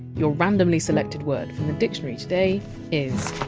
your randomly selected word from the dictionary today is!